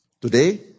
Today